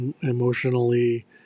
emotionally